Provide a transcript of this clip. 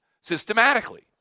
systematically